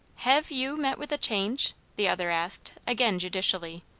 hev' you met with a change? the other asked, again judicially,